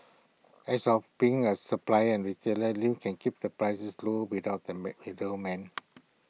as of being A supply and retailer Lim can keep the prices low without the mad middleman